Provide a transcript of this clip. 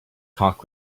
talk